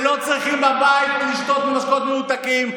שלא צריכים לשתות בבית משקאות ממותקים,